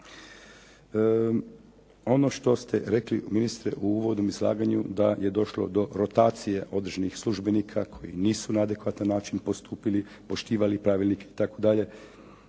Ono što ste rekli ministre u uvodnom izlaganju da je došlo do rotacije određenih službenika koji nisu na adekvatan način postupili, poštivali pravilnik itd.,